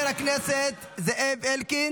התייחס קודם אליו.